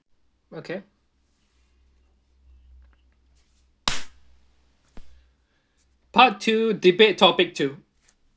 okay part two debate topic two